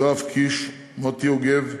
יואב קיש, מוטי יוגב,